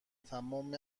تمام